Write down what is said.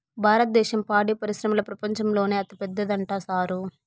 భారద్దేశం పాడి పరిశ్రమల ప్రపంచంలోనే అతిపెద్దదంట సారూ